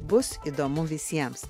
bus įdomu visiems